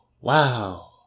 wow